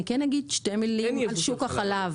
אני כן אגיד שתי מילים על שוק החלב.